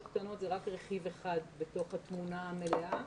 קטנות זה רק רכיב אחד בתוך התמונה המלאה.